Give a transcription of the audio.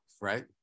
right